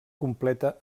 completa